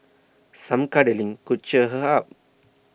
some cuddling could cheer her up